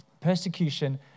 Persecution